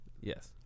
yes